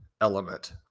element